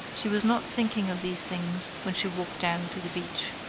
she was not thinking of these things when she walked down to the beach.